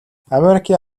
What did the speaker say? америкийн